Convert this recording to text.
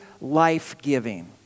life-giving